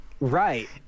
Right